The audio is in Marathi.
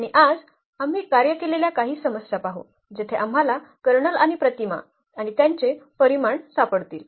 आणि आज आम्ही कार्य केलेल्या काही समस्या पाहू जेथे आम्हाला कर्नल आणि प्रतिमा आणि त्यांचे परिमाण सापडतील